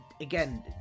Again